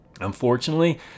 Unfortunately